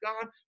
God